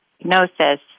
diagnosis